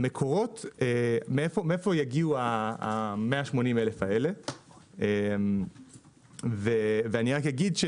המקורות מאיפה יגיעו ה-180 אלף האלה - אני רק אגיד,